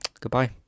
Goodbye